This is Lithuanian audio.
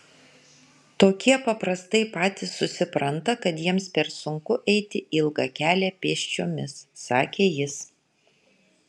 tokie paprastai patys susipranta kad jiems per sunku eiti ilgą kelią pėsčiomis sakė jis